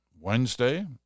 Wednesday